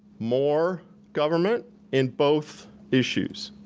more government in both issues.